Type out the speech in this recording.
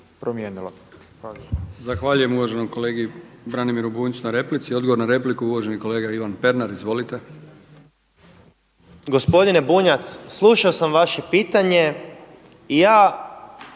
(HDZ)** Zahvaljujem uvaženom kolegi Branimiru Bunjcu na replici. Odgovor na repliku, uvaženi kolega Ivan Pernar. Izvolite. **Pernar, Ivan (Abeceda)** Gospodine Bunjac, slušao sam vaše pitanje. I ja